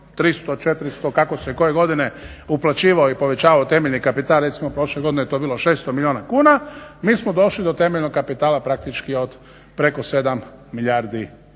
300, 400 kako se koje godine uplaćivao i povećavao temeljni kapital recimo prošle godine je to bilo 600 milijuna kuna, mi smo došli do temeljnog kapitala praktički od preko 7 milijardi kuna.